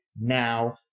now